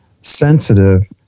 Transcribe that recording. sensitive